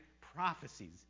Prophecies